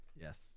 Yes